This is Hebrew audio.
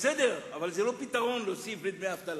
בסדר, אבל זה לא פתרון להוסיף לדמי האבטלה,